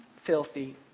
filthy